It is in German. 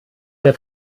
der